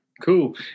Cool